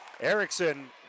Erickson